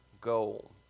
goal